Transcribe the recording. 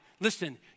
Listen